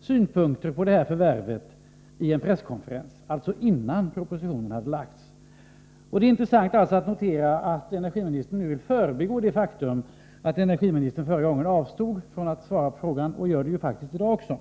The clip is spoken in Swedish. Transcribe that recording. synpunkter på det aktuella förvärvet. Detta skedde alltså innan propositionen lagts fram. Det är som sagt intressant att notera att energiministern nu vill förbigå det faktum att hon förra gången avstod från att svara på min fråga — vilket hon faktiskt gör även i dag.